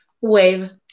Wave